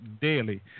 daily